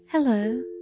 Hello